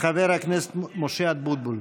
חבר הכנסת משה אבוטבול.